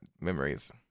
Memories